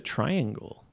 Triangle